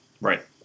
Right